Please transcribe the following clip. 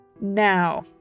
Now